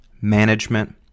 management